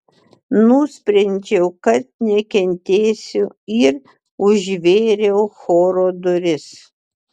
nusprendžiau kad nekentėsiu ir užvėriau choro duris